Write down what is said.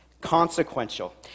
consequential